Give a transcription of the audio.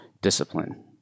discipline